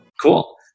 Cool